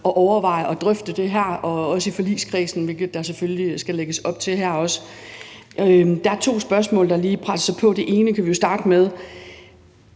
at overveje at drøfte det her, også i forligskredsen, hvilket der selvfølgelig også skal lægges op til her. Der er to spørgsmål, der lige presser sig på. Vi kan jo starte med